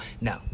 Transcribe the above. No